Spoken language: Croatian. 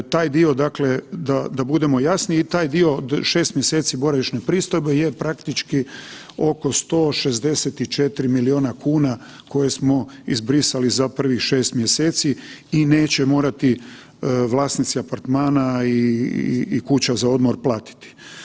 Taj dio dakle da budemo jasni i taj dio od 6 mjeseci od boravišne pristojbe je praktički oko 164 milijuna kuna koje smo izbrisali za prvih 6 mjeseci i neće morati vlasnici apartmana i kuća za odmor platiti.